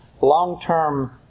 long-term